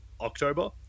october